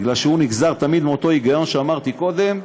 כי הוא תמיד נגזר מאותו היגיון שאמרתי קודם: